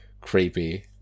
creepy